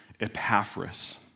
Epaphras